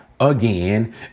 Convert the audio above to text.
Again